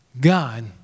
God